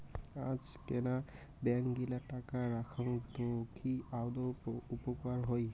আজকেনা ব্যাঙ্ক গিলা টাকা রাখঙ তো কি আদৌ উপকার হই?